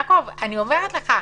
יעקב, אני אומרת לך,